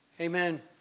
Amen